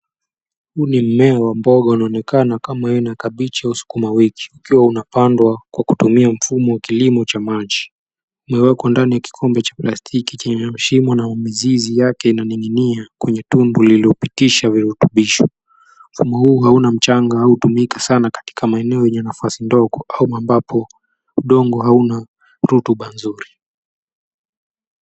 Huu ni mmea wa mboga unaoonekana kama aina kabichi au sukumawiki ukiwa unapandwa kwa kutumia mfumo wa kilimo cha maji, umewekwa ndani ya kikombe cha plastiki chenye shimo na mizizi yake inaning'inia kwenye tundu lililopitisha virutubisho. Mfumo huu hauna mchanga na hutumika sana kwenye maeneo yenye nafasi ndogo au ambapo udongo hauna rutuba nzuri.